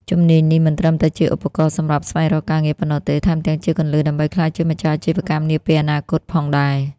ជំនាញនេះមិនត្រឹមតែជាឧបករណ៍សម្រាប់ស្វែងរកការងារប៉ុណ្ណោះទេ ថែមទាំងជាគន្លឹះដើម្បីក្លាយជាម្ចាស់អាជីវកម្មនាពេលអនាគតផងដែរ។